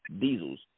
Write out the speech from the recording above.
diesels